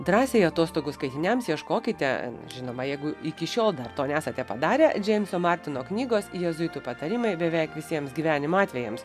drąsiai atostogų skaitiniams ieškokite žinoma jeigu iki šiol dar to nesate padarę džeimso martino knygos jėzuitų patarimai beveik visiems gyvenimo atvejams